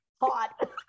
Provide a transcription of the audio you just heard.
Hot